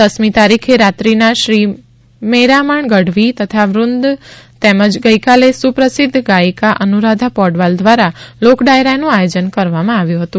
દસમી તારીખે રાત્રીના શ્રી મેરામણ ગઢવી તથા વુંદ તેમજ ગઇકાલે સુપ્રસિધ્ધ ગાયિકા અનુરાધા પૌંડવાલ દ્વારા લોકડાયરાનું આયોજન કરવામાં આવ્યું હતું